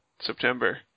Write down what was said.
September